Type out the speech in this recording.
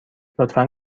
لطفا